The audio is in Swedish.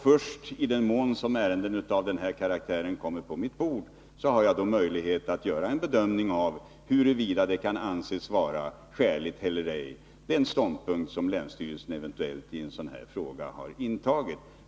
Först i den mån som ärenden av denna karaktär kommer på mitt bord har jag möjlighet att göra en bedömning av huruvida den ståndpunkt som länsstyrelsen eventuellt har intagit kan anses vara skälig eller ej.